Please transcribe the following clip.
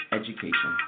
education